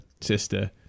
sister